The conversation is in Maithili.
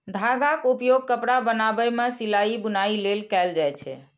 धागाक उपयोग कपड़ा बनाबै मे सिलाइ, बुनाइ लेल कैल जाए छै